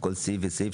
נעבור כל סעיף וסעיף,